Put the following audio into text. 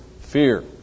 fear